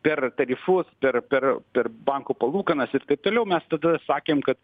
per tarifus per per per bankų palūkanas ir taip toliau mes tada sakėm kad